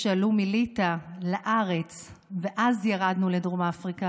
שעלו מליטא לארץ ואז ירדנו לדרום אפריקה,